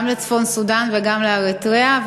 גם לצפון-סודאן וגם לאריתריאה.